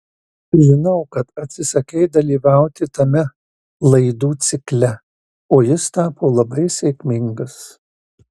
žinau kad atsisakei dalyvauti tame laidų cikle o jis tapo labai sėkmingas